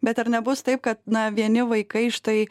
bet ar nebus taip kad na vieni vaikai štai